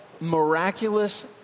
miraculous